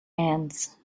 hands